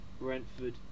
Brentford